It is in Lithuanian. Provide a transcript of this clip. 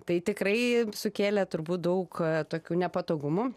tai tikrai sukėlė turbūt daug tokių nepatogumų